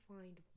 find